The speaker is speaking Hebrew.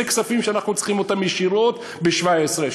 אלה כספים שאנחנו צריכים ישירות ב-17'